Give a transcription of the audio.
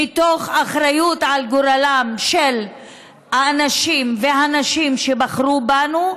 מתוך אחריות לגורלם של האנשים והנשים שבחרו בנו,